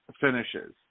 finishes